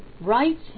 right